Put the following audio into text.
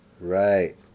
Right